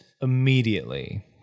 immediately